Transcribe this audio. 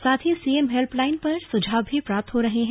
साथ ही CM helpline पर सुझाव भी प्राप्त हो रहे हैं